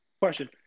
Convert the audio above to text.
Question